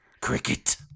Cricket